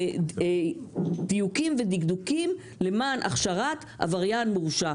דיוקים ודקדוקים למען הכשרת עבריין מורשע.